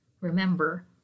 Remember